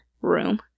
room